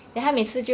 !wah!